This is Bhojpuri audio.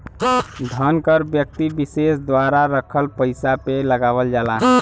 धन कर व्यक्ति विसेस द्वारा रखल पइसा पे लगावल जाला